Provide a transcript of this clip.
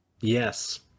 Yes